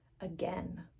again